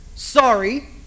sorry